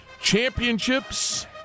championships